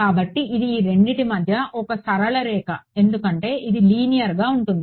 కాబట్టి ఇది ఈ రెండిటి మధ్య ఒక సరళ రేఖ ఎందుకంటే ఇది లీనియర్గా ఉంటుంది